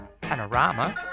Panorama